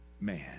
man